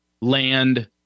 land